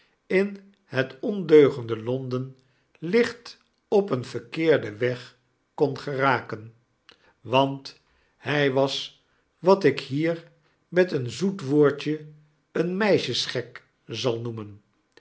in het ondeugende londen licht op een verkeerden weg kon geraken want hij was wat ik hier met een zoet woordje een meisjesgek zal noemen